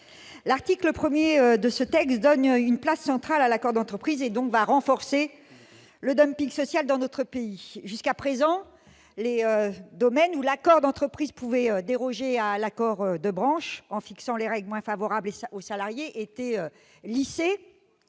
L'article 1 de ce texte vise à donner une place centrale à l'accord d'entreprise, et va donc renforcer le social dans notre pays. Jusqu'à présent, les domaines où l'accord d'entreprise pouvait déroger à l'accord de branche en fixant des règles moins favorables aux salariés étaient lissés